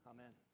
Amen